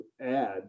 add